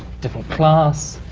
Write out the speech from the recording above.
different class.